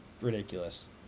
ridiculous